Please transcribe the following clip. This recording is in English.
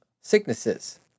sicknesses